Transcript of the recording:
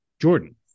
jordan